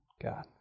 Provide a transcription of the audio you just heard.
God